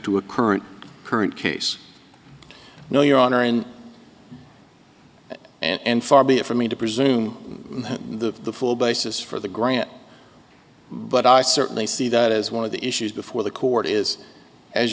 a current current case no your honor and far be it for me to presume the full basis for the grant but i certainly see that as one of the issues before the court is as